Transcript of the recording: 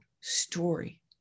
story